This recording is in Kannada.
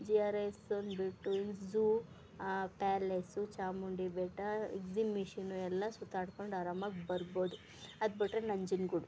ಜಿ ಆರ್ ಎಸ್ ಒಂದು ಬಿಟ್ಟು ಇನ್ನು ಝೂ ಪ್ಯಾಲೇಸು ಚಾಮುಂಡಿ ಬೆಟ್ಟ ಎಗ್ಝಿಮಿಷನು ಎಲ್ಲ ಸುತ್ತಾಡ್ಕೊಂಡು ಆರಾಮಾಗಿ ಬರ್ಬೋದು ಅದು ಬಿಟ್ಟರೆ ನಂಜನಗೂಡು